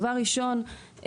דבר ראשון,